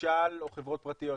ממשל או חברות פרטיות,